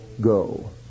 go